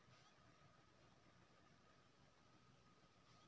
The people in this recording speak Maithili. आलू की खेती के लिये केना सी सिंचाई ठीक रहतै?